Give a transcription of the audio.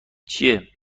چیه